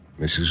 Mrs